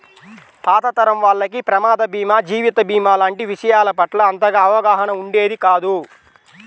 పాత తరం వాళ్లకి ప్రమాద భీమా, జీవిత భీమా లాంటి విషయాల పట్ల అంతగా అవగాహన ఉండేది కాదు